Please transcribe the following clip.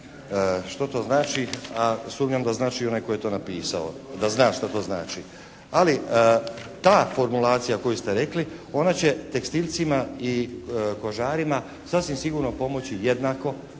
što to znači. A sumnjam da zna i onaj koji je to napisao da zna što to znači. Ali ta formulacija koju ste rekli ona će tekstilcima i kožarima sasvim sigurno pomoći jednako